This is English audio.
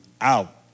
out